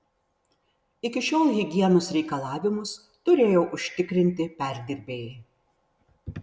iki šiol higienos reikalavimus turėjo užtikrinti perdirbėjai